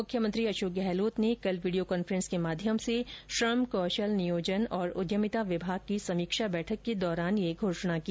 मुख्यमंत्री अशोक गहलोत ने कल वीडियो कॉन्फ्रेंस के माध्यम से श्रम कौशल नियोजन और उद्यमिता विभाग की समीक्षा बैठक के दौरान ये घोषणा की